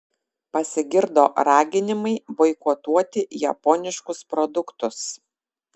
pasigirdo raginimai boikotuoti japoniškus produktus